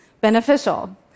beneficial